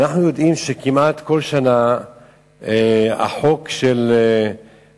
אנחנו יודעים שכמעט בכל שנה החוק שמאפשר